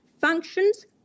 functions